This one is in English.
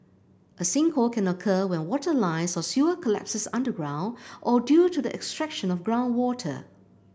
a sinkhole can occur when water lines or sewer collapses underground or due to the extraction of groundwater